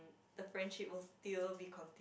the friendship will still be complete